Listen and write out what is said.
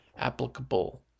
Applicable